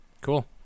Cool